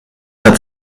hat